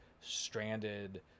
stranded